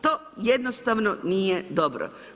To jednostavno nije dobro.